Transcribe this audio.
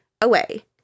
away